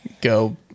go